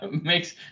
makes